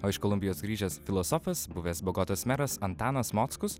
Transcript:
o iš kolumbijos grįžęs filosofas buvęs bogotos meras antanas mockus